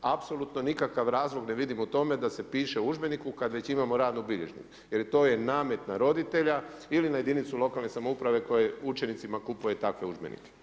Apsolutno nikakav razlog ne vidim u tome da se piše u udžbeniku kad već imamo radnu bilježnicu jer to je namet na roditelja ili na jedinicu lokalne samouprave koja učenicima kupuje takve udžbenike.